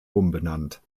umbenannt